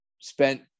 spent